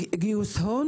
גיוס הון